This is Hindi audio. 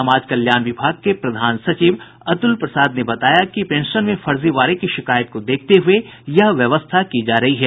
समाज कल्याण विभाग के प्रधान सचिव अतुल प्रसाद ने बताया कि पेंशन में फर्जीवाड़े की शिकायत को देखते हुए यह व्यवस्था की जा रही है